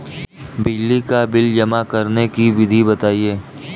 बिजली का बिल जमा करने की विधि बताइए?